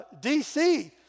DC